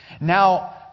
Now